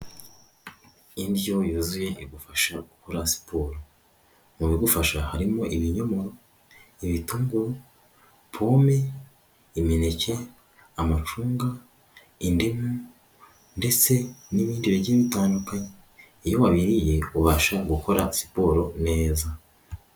Indyo yuzuye igufasha gukora siporo mu bigufasha harimo ibinyomoro, amatunda, pome imineke, amacunga, indimu ndetse n'ibindi bigiye bitandukanye iyo wabiririye ubasha gukora siporo neza.